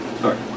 Sorry